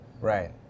Right